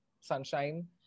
sunshine